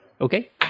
Okay